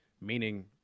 meaning